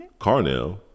Carnell